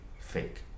fake